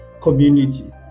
community